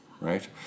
Right